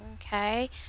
okay